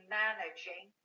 managing